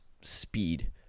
speed